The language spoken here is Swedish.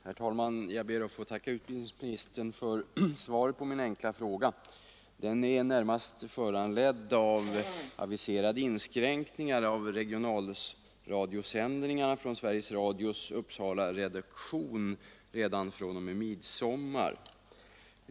Herr talman! Jag ber att få tacka utbildningsministern för svaret på min enkla fråga. Den är närmast föranledd av aviserade inskränkningar av regionalradiosändningarna från Sveriges Radios Uppsalaredaktion redan fr.o.m. midsommar.